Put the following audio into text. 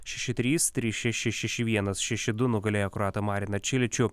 šeši trys trys šeši šeši vienas šeši du nugalėjo kroatą mariną čiličių